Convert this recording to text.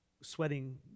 sweating